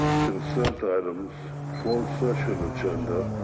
consent items, closed session agenda,